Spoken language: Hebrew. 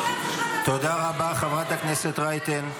תודה רבה, חברת הכנסת רייטן.